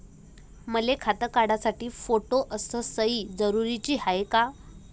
मले खातं काढासाठी फोटो अस सयी जरुरीची हाय का?